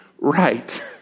right